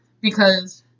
because-